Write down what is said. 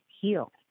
heal